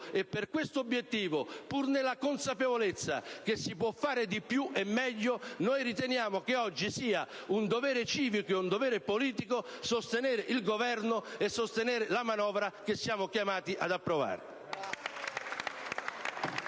e per questo obiettivo, pur nella consapevolezza che si può fare di più e meglio, riteniamo che oggi sia un dovere civico e politico sostenere il Governo e la manovra che siamo chiamati ad approvare.